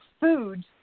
food